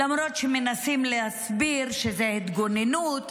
למרות שמנסים להסביר שזה התגוננות,